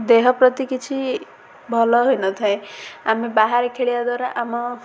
ଦେହ ପ୍ରତି କିଛି ଭଲ ହୋଇନଥାଏ ଆମେ ବାହାରେ ଖେଳିବା ଦ୍ୱାରା ଆମ